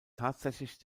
tatsächlich